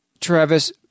Travis